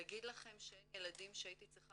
להגיד לכם שאין ילדים שהייתי צריכה